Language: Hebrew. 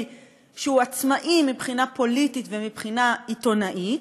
שהוא עצמאי מבחינה פוליטית ומבחינה עיתונאית,